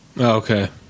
Okay